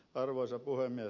arvoisa puhemies